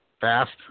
fast